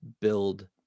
build